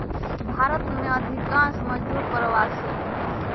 भारत में अधिकांश मजदूर प्रवासी हई